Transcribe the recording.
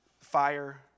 fire